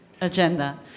agenda